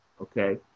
okay